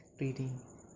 reading